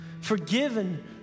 forgiven